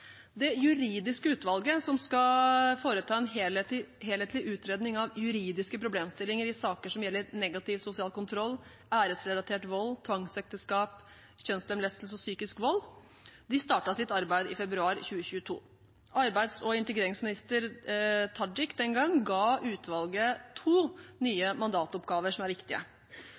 Det juridiske utvalget som skal foreta en helhetlig utredning av juridiske problemstillinger i saker som gjelder negativ sosial kontroll, æresrelatert vold, tvangsekteskap, kjønnslemlestelse og psykisk vold, startet sitt arbeid i februar 2022. Arbeids og integreringsminister Tajik den gang ga utvalget to nye mandatoppgaver som er viktige.